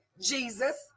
jesus